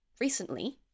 recently